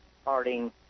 starting